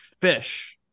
fish